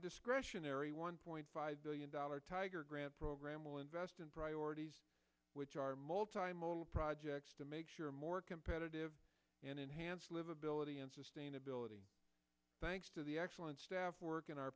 discretionary one point five billion dollars tiger grant program will invest in priorities which are multilingual projects to make sure more competitive and enhanced livability and sustainability thanks to the excellent staff working our